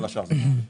כל השאר הם בשיפוץ.